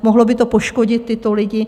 Mohlo by to poškodit tyto lidi.